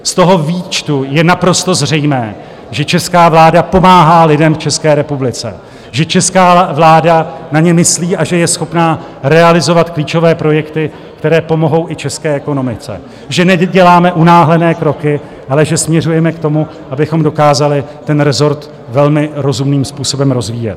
Z toho výčtu je naprosto zřejmé, že česká vláda pomáhá lidem v České republice, že česká vláda na ně myslí a že je schopna realizovat klíčové projekty, které pomohou i české ekonomice, že neděláme unáhlené kroky, ale že směřujeme k tomu, abychom dokázali ten rezort velmi rozumným způsobem rozvíjet.